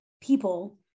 people